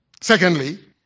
Secondly